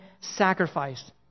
sacrificed